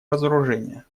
разоружения